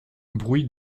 bruit